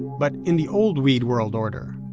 but in the old weed world order,